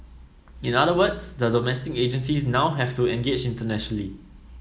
in other words the domestic agencies now have to engage internationally